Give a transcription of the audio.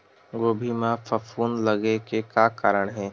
गोभी म फफूंद लगे के का कारण हे?